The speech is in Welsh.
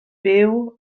byw